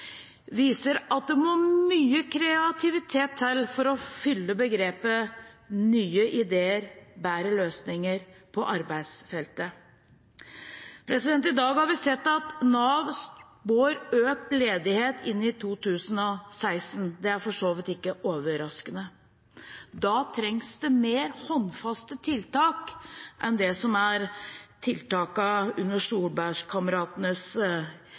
viser at det må mye kreativitet til for å fylle begrepet «nye ideer og bedre løsninger» på arbeidsfeltet. I dag har vi sett at Nav spår økt ledighet inn i 2016. Det er for så vidt ikke overraskende. Da trengs det mer håndfaste tiltak enn